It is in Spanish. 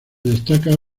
destaca